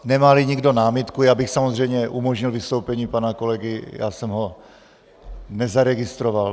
Nemáli nikdo námitku, já bych samozřejmě umožnil vystoupení pana kolegy, já jsem ho nezaregistroval.